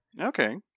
Okay